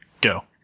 go